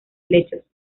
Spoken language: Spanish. helechos